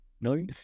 No